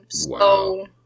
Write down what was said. Wow